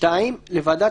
(2) לוועדת